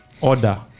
order